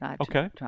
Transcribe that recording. Okay